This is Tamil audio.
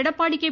எடப்பாடி கே